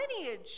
lineage